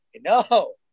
No